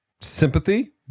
sympathy